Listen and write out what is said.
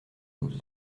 douze